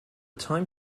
time